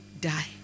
die